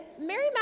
mary